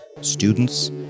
students